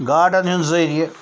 گاڈَن ہِنٛز ذٔریعہِ